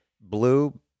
blue